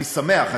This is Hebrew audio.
אני שמח,